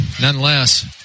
nonetheless